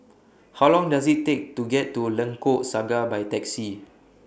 How Long Does IT Take to get to Lengkok Saga By Taxi